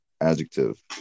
Adjective